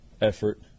effort